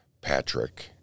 Patrick